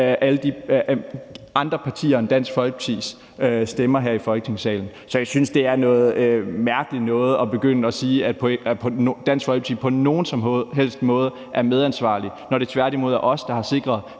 alle de andre partier end Dansk Folkepartis stemmer her i Folketingssalen. Så jeg synes, at det er noget mærkeligt noget at begynde at sige, at Dansk Folkeparti på nogen som helst måde er medansvarlig, når det tværtimod er os, der har sikret